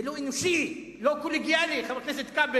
זה לא אנושי, זה לא קולגיאלי, חבר הכנסת כבל.